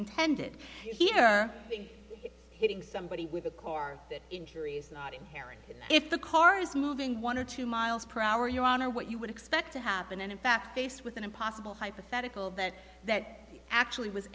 intended here big hitting somebody with a cord injuries not inherent if the car is moving one or two miles per hour your honor what you would expect to happen and in fact faced with an impossible hypothetical that that actually was